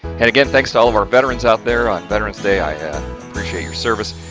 and again, thanks to all of our veterans out there on veterans day. i appreciate your service.